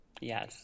Yes